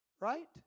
Right